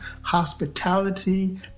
hospitality